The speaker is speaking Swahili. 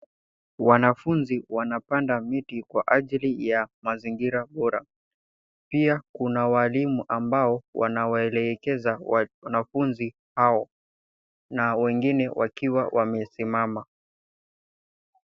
Wanafunzi wanapanda miti kwa ajili ya mazingira bora pia kuna walimu ambao wanaowaelekeza wanafunzi hao na wengine wakiwa wamesimama.